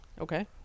Okay